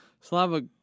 Slava